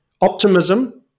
optimism